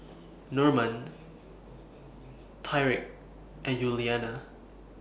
Normand Tyriq and Yuliana